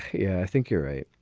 yeah, i think you're right.